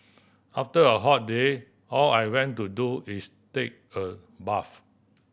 after a hot day all I want to do is take a bath